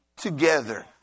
together